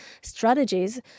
strategies